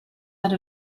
out